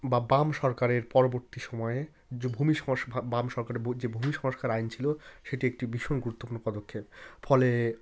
বা বাম সরকারের পরবর্তী সময়ে যে ভূমি বাম সরকারের যে ভূমি সংস্কার আইন ছিল সেটি একটি ভীষণ গুরুত্বপূর্ণ পদক্ষেপ ফলে